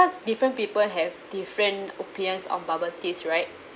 different people have different opinions of bubble teas right